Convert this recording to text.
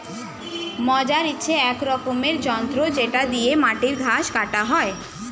mower হচ্ছে এক রকমের যন্ত্র যেটা দিয়ে মাটির ঘাস কাটা হয়